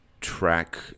track